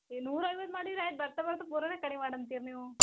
ಹೇ ನೂರ ಐವತ್ತು ಮಾಡಿ ರೀ ಆಯ್ತು ಬರ್ತಾ ಬರ್ತಾ ಪೂರಾನು ಕಡಿಮೆ ಮಾಡುರಂತೀರ ನೀವು